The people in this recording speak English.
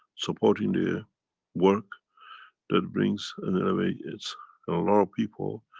supporting the ah work that brings and elevates and a lot of people,